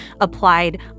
applied